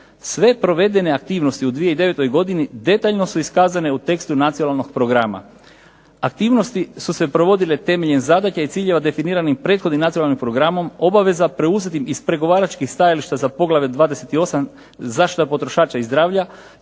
Sve provedene aktivnosti u 2009. godini detaljno su iskazane u tekstu Nacionalnog programa. Aktivnosti su se provodile temeljem zadaća i ciljeva definirane prethodnim nacionalnim programom obaveza preuzetim iz pregovaračkih stajališta za poglavlje 28.- Zaštita potrošača i zdravlja,